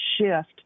shift